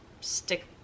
stick